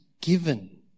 given